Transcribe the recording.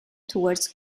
towards